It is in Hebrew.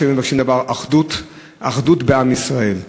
אחדות בעם ישראל,